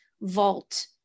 vault